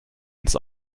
uns